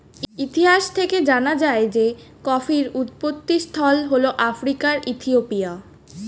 ইতিহাস থেকে জানা যায় যে কফির উৎপত্তিস্থল হল আফ্রিকার ইথিওপিয়া